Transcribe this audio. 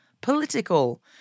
political